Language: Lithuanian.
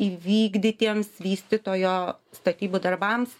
įvykdytiems vystytojo statybų darbams